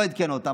לא עדכן אותם,